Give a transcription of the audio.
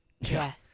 Yes